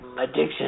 addiction